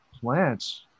plants